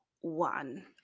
one